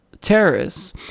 terrorists